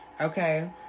Okay